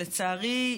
לצערי,